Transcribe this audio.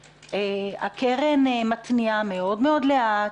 הקרן מתניעה מאוד מאוד לאט,